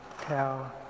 tell